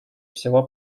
всего